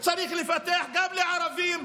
צריך לפתח גם לערבים,